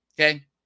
okay